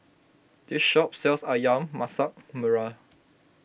this shop sells Ayam Masak Merah